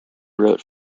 wrote